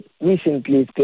recently